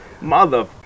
mother